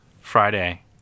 Friday